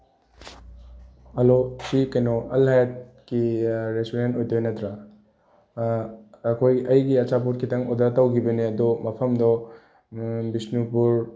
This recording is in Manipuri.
ꯍꯜꯂꯣ ꯁꯤ ꯀꯩꯅꯣ ꯑꯜ ꯍꯥꯌꯠꯀꯤ ꯔꯦꯁꯇꯨꯔꯦꯟ ꯑꯣꯏꯗꯣꯏ ꯅꯠꯇ꯭ꯔꯥ ꯑꯩꯈꯣꯏ ꯑꯩꯒꯤ ꯑꯆꯥꯄꯣꯠ ꯈꯤꯇꯪ ꯑꯣꯗꯔ ꯇꯧꯈꯤꯕꯅꯦ ꯑꯗꯣ ꯃꯐꯝꯗꯣ ꯕꯤꯁꯅꯨꯄꯨꯔ